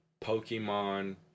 Pokemon